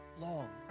long